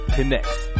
Connects